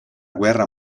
guerra